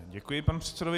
Děkuji panu předsedovi.